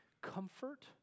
Comfort